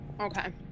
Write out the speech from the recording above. Okay